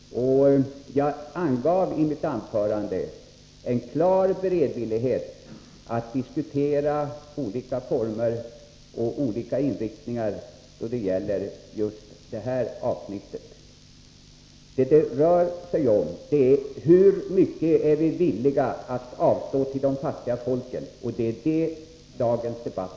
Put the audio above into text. Jag tillkännagav i mitt anförande en klar beredvillighet att diskutera olika former och olika inriktningar då det gäller just detta avsnitt. Det handlar om hur mycket vi är villiga att avstå till de fattiga folken — det är ämnet för dagens debatt.